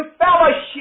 fellowship